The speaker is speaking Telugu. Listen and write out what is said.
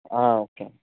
ఓకే అండి